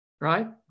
Right